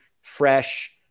fresh